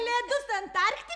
ledus antarktikoje